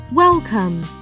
Welcome